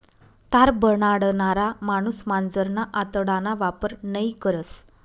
तार बनाडणारा माणूस मांजरना आतडाना वापर नयी करस